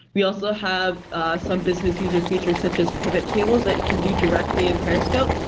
we also have some business user features such as pivot tables that you can do directly in periscope.